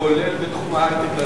כולל בתחום ההיי-טק,